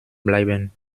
bleiben